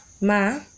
ma